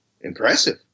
impressive